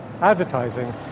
advertising